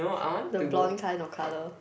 the blonde kind of colour